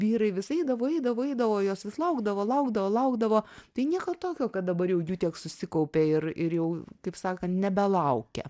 vyrai vis eidavo eidavo eidavo o jos vis laukdavo laukdavo laukdavo tai nieko tokio kad dabar jau jų tiek susikaupė ir ir jau kaip sakan nebelaukia